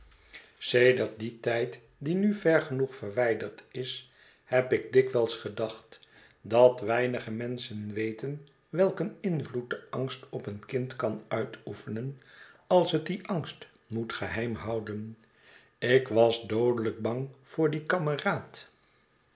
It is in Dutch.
sedert dien tijd die nu ver genoeg verwijderd derd is heb ik dikwijls gedacht dat weinige menschen weten welk een invloed de angst op een kind kan uitoefenen als het dien angst moet geheim houden ik was doodelijk bang voor dien kameraad